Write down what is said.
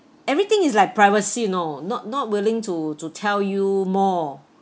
everything is like privacy you know not not willing to to tell you more